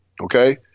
okay